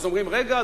אז אומרים: רגע,